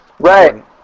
Right